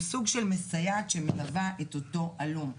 הוא סוג של מסייעת שמלווה את אותו הלום.